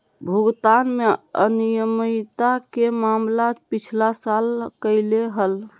भुगतान में अनियमितता के मामला पिछला साल अयले हल